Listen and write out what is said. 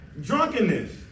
Drunkenness